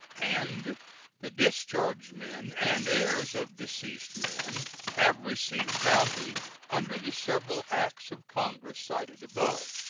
and the discharged men and heirs of deceased men have received bounty under the several acts of congress cited above,